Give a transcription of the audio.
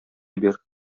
бир